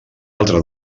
altra